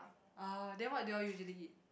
ah then what do you all usually eat